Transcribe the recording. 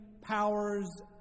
powers